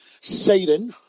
Satan